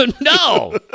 No